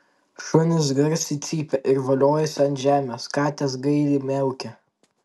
šunys garsiai cypia ir voliojasi ant žemės katės gailiai miaukia